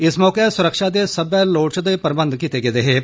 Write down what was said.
इस मौके सुरक्षा दे सब्बै लोड़चदे प्रबंध कीते गेदे हे